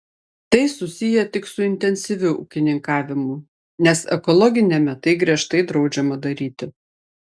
tai susiję tik su intensyviu ūkininkavimu nes ekologiniame tai griežtai draudžiama daryti